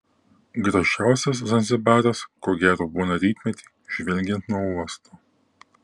gražiausias zanzibaras ko gero būna rytmetį žvelgiant nuo uosto